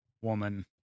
woman